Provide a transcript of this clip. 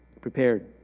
prepared